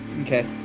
Okay